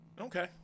Okay